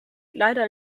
leider